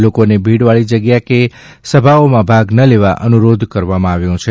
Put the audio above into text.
લોકોને ભીડવાળી જગ્યા કે સભાઓમાં ભાગ ન લેવા અનુરોધ કર્યો છે